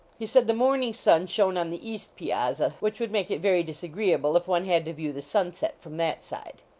he said the morning sun shone on the east piazza, which would make it very disagreeable if one had to view the sunset from that side.